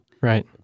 Right